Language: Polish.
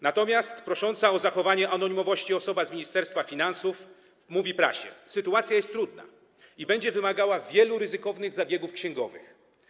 Natomiast prosząca o zachowanie anonimowości osoba z Ministerstwa Finansów mówi prasie: Sytuacja jest trudna i będzie wymagała wielu ryzykownych zabiegów księgowych.